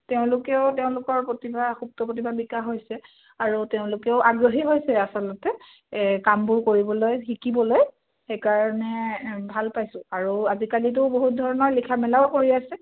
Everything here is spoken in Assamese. তেওঁলোকেও তেওঁলোকৰ প্ৰতিভা সুপ্ত প্ৰতিভা বিকাশ হৈছে আৰু তেওঁলোকেও আগ্ৰহী হৈছে আচলতে কামবোৰ কৰিবলৈ শিকিবলৈ সেইকাৰণে ভাল পাইছোঁ আৰু আজিকালিতো বহুত ধৰণৰ লিখা মেলাও কৰি আছে